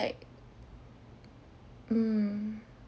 mm